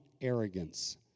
arrogance